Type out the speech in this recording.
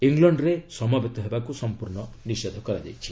ଇଂଲଣ୍ଡରେ ସମବେତ ହେବାକୁ ସମ୍ପର୍ଣ୍ଣ ନିଷେଧ କରାଯାଇଛି